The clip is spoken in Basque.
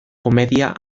komedia